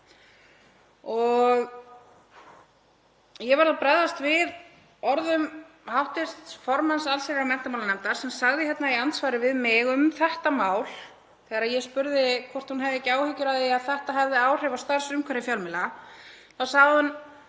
Og ég verð að bregðast við orðum hv. formanns allsherjar- og menntamálanefndar sem sagði í andsvari við mig um þetta mál, þegar ég spurði hvort hún hefði ekki áhyggjur af því að þetta hefði áhrif á starfsumhverfi fjölmiðla, með